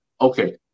okay